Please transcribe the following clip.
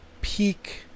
peak